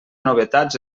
novetats